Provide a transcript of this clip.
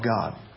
God